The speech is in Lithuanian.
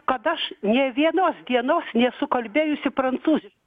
kad aš nė vienos dienos nesu kalbėjusi prancūziš